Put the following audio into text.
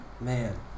Man